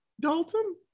Dalton